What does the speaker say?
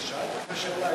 שאלתי אותך שאלה,